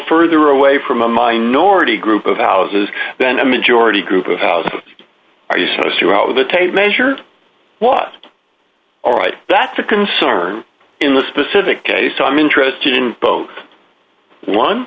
further away from a minority group of houses than a majority group of houses are you supposed to out with a tape measure was alright that's a concern in the specific case i'm interested in both one